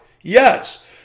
Yes